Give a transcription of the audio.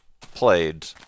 played